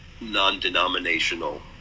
non-denominational